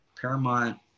Paramount